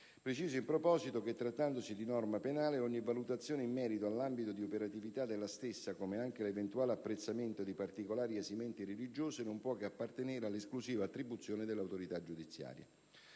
Preciso in proposito che, trattandosi di norma penale, ogni valutazione in merito all'ambito di operatività della stessa - come anche l'eventuale apprezzamento di particolari esimenti religiose - non può che appartenere all'esclusiva attribuzione dell'autorità giudiziaria.